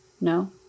No